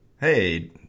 Hey